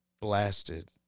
blasted